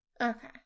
Okay